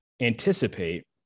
anticipate